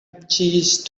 cheese